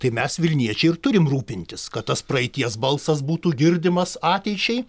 tai mes vilniečiai ir turim rūpintis kad tas praeities balsas būtų girdimas ateičiai